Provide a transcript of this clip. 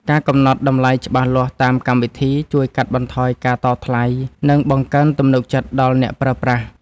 ការកំណត់តម្លៃច្បាស់លាស់តាមកម្មវិធី ជួយកាត់បន្ថយការតថ្លៃ និងបង្កើនទំនុកចិត្តដល់អ្នកប្រើប្រាស់។